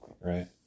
Right